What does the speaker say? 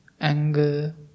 Anger